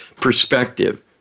perspective